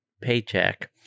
Paycheck